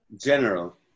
General